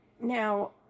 Now